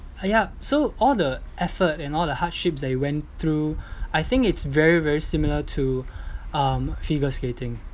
uh yup so all the effort and all the hardships that you went through I think it's very very similar to um figure skating